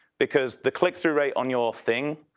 because the click-through rate on your thing,